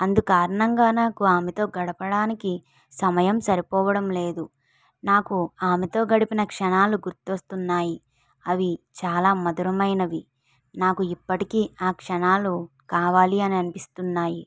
అందు కారణంగా నాకు ఆమెతో గడపడానికి సమయం సరిపోవడం లేదు నాకు ఆమెతో గడిపిన క్షణాలు గుర్తు వస్తున్నాయి అవి చాలా మధురమైనవి నాకు ఇప్పటికి ఆ క్షణాలు కావాలి అని అనిపిస్తున్నాయి